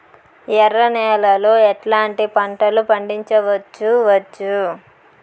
ఎర్ర నేలలో ఎట్లాంటి పంట లు పండించవచ్చు వచ్చు?